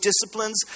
disciplines